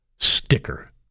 sticker